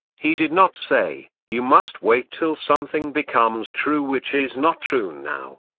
he did not say, you must wait till something becomes true which is not true now.